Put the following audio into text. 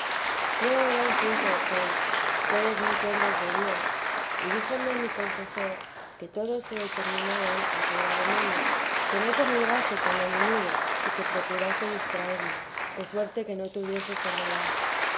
creo eran cinco o seis todos muy siervos de dios y díjome mi confesor que todos se determinaban en que era demonio que no comulgase tan a menudo y que procurase distraerme de suerte que no tuviese soledad